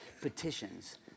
petitions